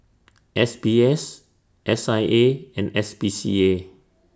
S B S S I A and S P C A